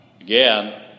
again